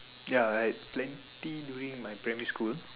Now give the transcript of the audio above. ya I had plenty during my primary school